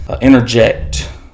interject